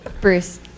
Bruce